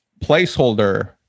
placeholder